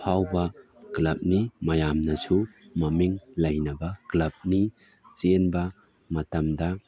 ꯑꯐꯥꯎꯕ ꯀ꯭ꯂꯕꯅꯤ ꯃꯌꯥꯝꯅꯁꯨ ꯃꯃꯤꯡ ꯂꯩꯅꯕ ꯀ꯭ꯂꯕꯅꯤ ꯆꯦꯟꯕ ꯃꯇꯝꯗ